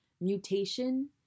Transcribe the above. mutation